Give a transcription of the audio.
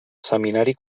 seminari